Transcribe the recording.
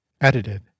edited